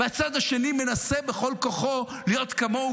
והצד השני מנסה בכל כוחו להיות כמוהו,